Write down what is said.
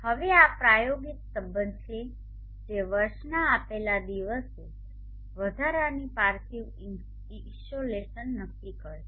હવે આ પ્રયોગિક સંબંધ છે જે વર્ષના આપેલા દિવસે વધારાની પાર્થિવ ઇસોલેશન નક્કી કરશે